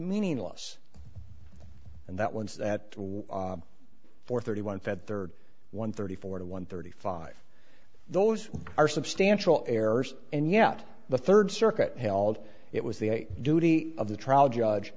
meaningless and that once that for thirty one fed third one thirty four to one thirty five those are substantial errors and yet the third circuit held it was the duty of the trial judge